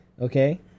Okay